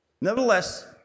Nevertheless